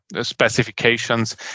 specifications